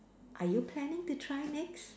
are you planning to try next